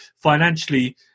financially